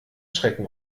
schrecken